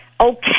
okay